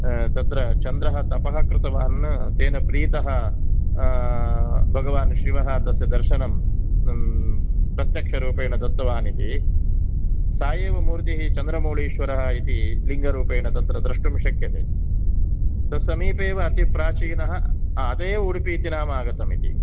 तत्र चन्द्रः तपः कृतवान् तेन प्रीतः भगवान् शिवः तस्य दर्शनं प्रत्यक्षरूपेण दत्तवान् इति सा एव मूर्तिः चन्द्रामौळीश्वरः इति लिङ्गरूपेण तत्र द्रष्टुं शक्यते तत् समीपे एव अतिप्राचीनः अत एव उडुपि इति नाम आगतम् इति